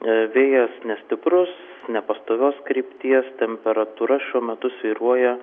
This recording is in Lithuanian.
vėjas nestiprus nepastovios krypties temperatūra šiuo metu svyruoja